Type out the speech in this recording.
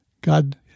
God